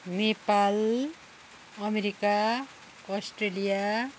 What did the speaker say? Nepal America Australia